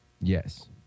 Yes